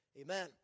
Amen